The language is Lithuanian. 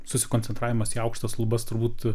susikoncentravimas į aukštas lubas turbūt